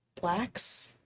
Blacks